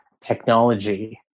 technology